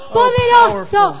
poderoso